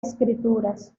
escrituras